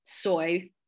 soy